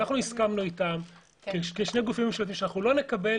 הסכמנו אתם כשני גופים ממשלתיים שלא נקבל